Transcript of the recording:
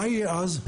מה יהיה אז?